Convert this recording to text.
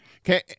Okay